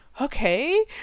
okay